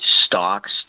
stocks